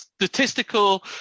statistical